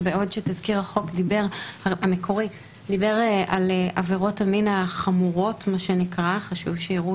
ובעוד שתזכיר החוק המקורי דיבר על עבירות המין ה"חמורות" חשוב שייראו